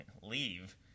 leave